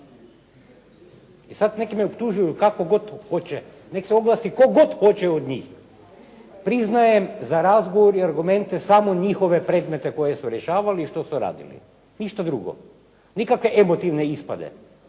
I sad nek me optužuju kako god hoće, nek se oglasi tko god hoće od njih. Priznajem za razgovor i argumente samo njihove predmete koje su rješavali i što su radili. Ništa drugo, nikakve emotivne ispade.